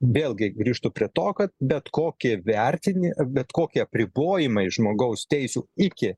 vėlgi grįžtu prie to kad bet kokie vertini bet kokie apribojimai žmogaus teisių iki